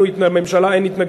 לממשלה אין התנגדות.